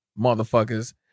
motherfuckers